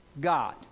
God